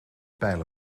pijl